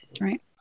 right